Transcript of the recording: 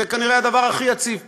זה כנראה הדבר הכי יציב פה.